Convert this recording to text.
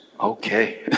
okay